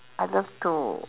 I love to